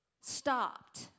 stopped